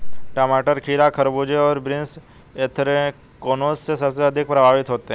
टमाटर, खीरा, खरबूजे और बीन्स एंथ्रेक्नोज से सबसे अधिक प्रभावित होते है